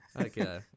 Okay